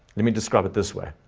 let me describe it this way.